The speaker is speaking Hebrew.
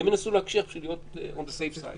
הם ינסו להקשיח כדי להיות on the safe side,